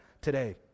today